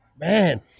Man